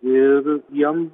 ir jiem